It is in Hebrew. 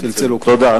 תודה.